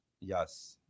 Yes